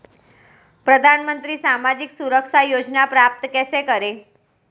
प्रधानमंत्री सामाजिक सुरक्षा योजना प्राप्त कैसे करें?